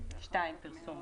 פרסום